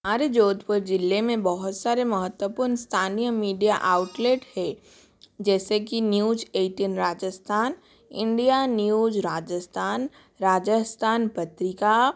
हमारे जोधपुर ज़िले में बहुत सारे महत्वपूर्ण स्थानीय मीडिया आउटलेट है जैसे कि news eighteen Rajasthan India news Rajasthan Rajasthan पत्रिका